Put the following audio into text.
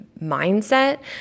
mindset